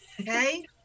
okay